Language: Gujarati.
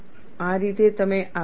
આ રીતે તમે આગળ વધો